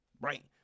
right